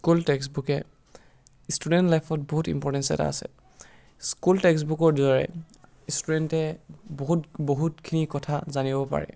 school text বুকে student লাইফত বহুত ইম্প'ৰ্টেঞ্চ এটা আছে স্কুল টেক্সট বুকৰ দ্বাৰাই ষ্টুডেণ্টে বহুত বহুতখিনি কথা জানিব পাৰে